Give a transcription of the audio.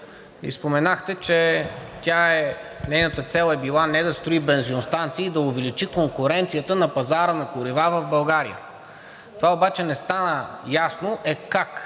и споменахте, че нейната цел е била не да строи бензиностанции, а да увеличи конкуренцията на пазара на горива в България. Това обаче не стана ясно. Е, как?